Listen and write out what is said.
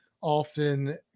Often